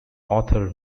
author